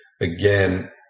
again